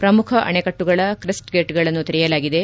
ಪ್ರಮುಖ ಅಣೆಕಟ್ಟುಗಳ ಕ್ರೆಸ್ಟ್ ಗೇಟ್ಗಳನ್ನು ತೆರೆಯಲಾಗಿದೆ